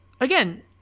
again